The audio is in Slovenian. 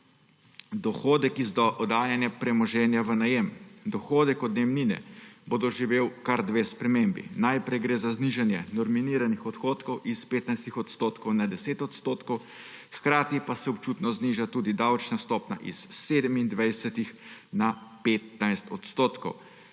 Dohodek iz oddajanja premoženja v najem, dohodek od najemnine bo doživel kar dve spremembi. Najprej gre za znižanje norminiranih odhodkov s 15 odstotkov na 10 odstotkov, hkrati pa se občutno zniža tudi davčna stopnja s 27 na 15 odstotkov.